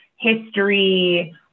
History